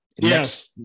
Yes